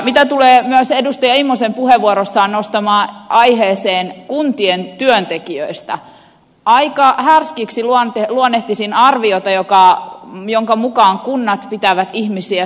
mitä tulee myös edustaja immosen puheenvuorossaan nostamaan aiheeseen kuntien työntekijöistä niin aika härskiksi luonnehtisin arviota jonka mukaan kunnat pitävät ihmisiä suojatyöpaikoissa